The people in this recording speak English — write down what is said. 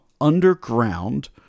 underground